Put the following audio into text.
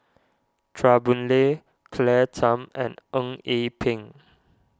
Chua Boon Lay Claire Tham and Eng Yee Peng